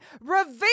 reveal